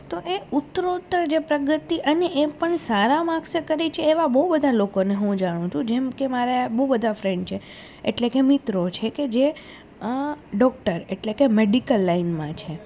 તો એ ઉત્તરોત્તર જે પ્રગતિ અને એ પણ સારા માર્કસે કરી છે એવા બહુ બધાં લોકોને હું જાણું છું જેમકે મારે બહુ બધાં ફ્રેન્ડ છે એટલે કે મિત્રો છે કે જે ડૉક્ટર એટલે કે મેડિકલ લાઇનમાં છે